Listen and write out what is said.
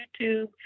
YouTube